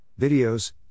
videos